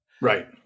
Right